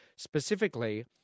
Specifically